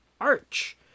Arch